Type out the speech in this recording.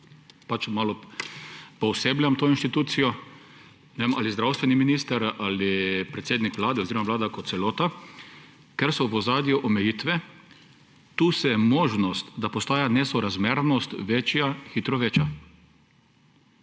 pač malo poosebljam to institucijo –, ali zdravstveni minister, ali predsednik Vlade oziroma Vlada kot celota, ker so v ozadju omejitve. Tu se možnost, da postaja nesorazmernost večja, hitro veča.